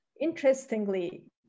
interestingly